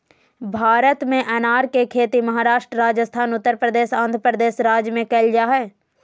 भारत में अनार के खेती महाराष्ट्र, राजस्थान, उत्तरप्रदेश, आंध्रप्रदेश राज्य में कैल जा हई